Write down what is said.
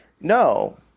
No